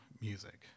music